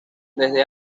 desde